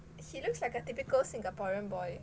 he looks like a typical singaporean boy